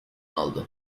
aldı